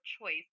choice